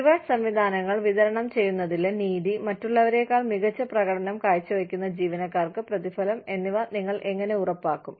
reward സംവിധാനങ്ങൾ വിതരണം ചെയ്യുന്നതിലെ നീതി മറ്റുള്ളവരേക്കാൾ മികച്ച പ്രകടനം കാഴ്ചവയ്ക്കുന്ന ജീവനക്കാർക്ക് പ്രതിഫലം എന്നിവ നിങ്ങൾ എങ്ങനെ ഉറപ്പാക്കും